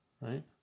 right